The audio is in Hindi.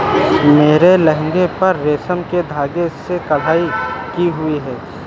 मेरे लहंगे पर रेशम के धागे से कढ़ाई की हुई है